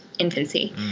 infancy